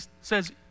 says